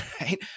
right